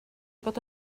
bod